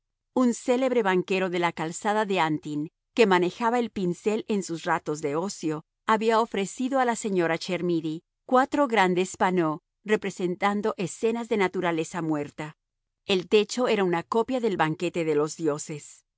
un célebre banquero de la calzada de antin que manejaba el pincel en sus ratos de ocio había ofrecido a la señora chermidy cuatro grandes panneaux representando escenas de naturaleza muerta el techo era una copia del banquete de los dioses